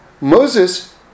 Moses